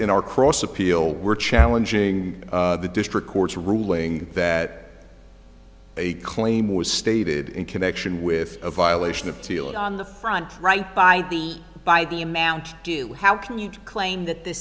in our cross appeal we're challenging the district court's ruling that a claim was stated in connection with a violation of teal and on the front right by the by the amount due how can you claim that th